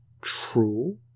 True